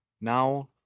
now